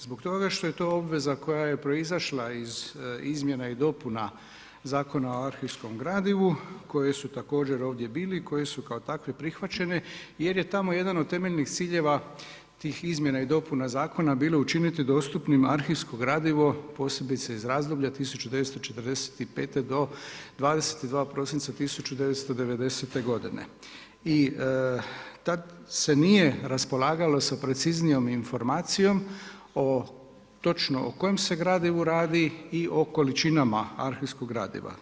Zbog toga što je to obveza koja je proizašla iz izmjena i dopuna Zakona o arhivskom gradivu koji su također ovdje bili i koji su kao takvi prihvaćeni jer je tamo jedan od temeljnih ciljeva tih izmjena i dopuna Zakona bilo učiniti dostupnim arhivsko gradivo, posebice iz razdoblja 1945. do 22. prosinca 1990. godine. i tada se nije raspolagalo sa preciznijom informacijom o točno o kojem se gradivu radi i o količinama arhivskog gradiva.